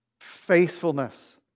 Faithfulness